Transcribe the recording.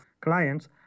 clients